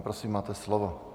Prosím, máte slovo.